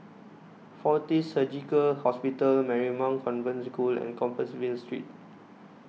Fortis Surgical Hospital Marymount Convent School and Compassvale Street